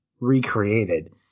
recreated